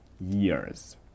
years